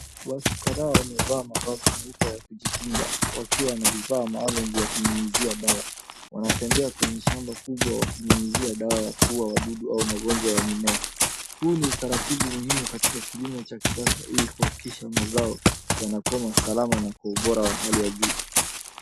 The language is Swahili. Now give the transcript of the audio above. Watu kadhaa wamevaa mavazi meupe ya kujikinga, wakiwa na vifaa maalumu vya kunyunyuzia dawa. Wanatembea kwenye shamba kubwa wakinyunyuzia dawa ya kuua wadudu au magonjwa ya mimea. Huu ni utaratibu muhimu katika kilimo cha kisasa ili kuhakikisha mazao yanakomaa salama na kwa ubora wa hali ya juu.